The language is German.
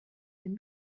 den